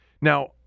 Now